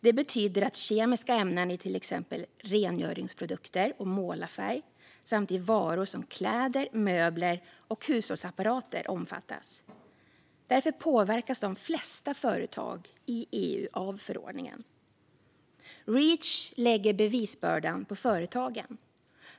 Det betyder att kemiska ämnen i till exempel rengöringsprodukter och målarfärg samt i varor som kläder, möbler och hushållsapparater omfattas. Därför påverkas de flesta företag i EU av förordningen. Reach lägger bevisbördan på företagen.